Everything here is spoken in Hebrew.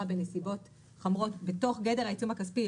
בנסיבות חמורות בתוך גדר העיצום הכספי,